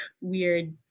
weird